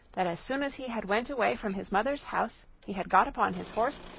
that as soon as he had went away from his mother's house, he had got upon his horse,